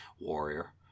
warrior